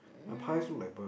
um